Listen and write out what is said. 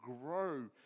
grow